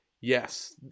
yes